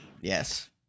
Yes